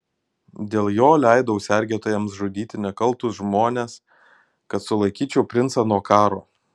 dėl jo leidau sergėtojams žudyti nekaltus žmones kad sulaikyčiau princą nuo karo